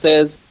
says